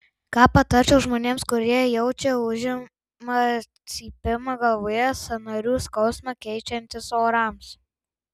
ką patarčiau žmonėms kurie jaučia ūžimą cypimą galvoje sąnarių skausmus keičiantis orams